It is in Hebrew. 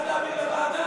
אני בעד להעביר לוועדה.